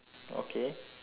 okay